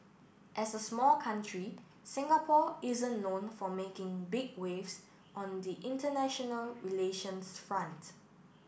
as a small country Singapore isn't known for making big waves on the international relations front